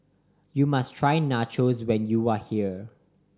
you must try Nachos when you are here